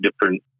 different